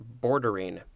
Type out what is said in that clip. bordering